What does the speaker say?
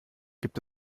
gibt